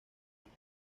años